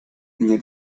nie